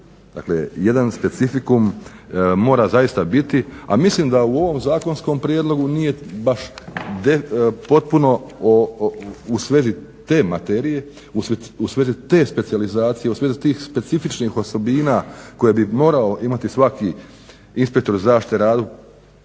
Dakle, jedna specifikum mora zaista biti a mislim da u ovom zakonskom prijedlogu nije baš potpuno u svezi te materije, u svezi te specijalizacije, u svezi tih specifičnih osobina koje bi morao imati svaki inspektor zaštite na